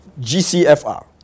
GCFR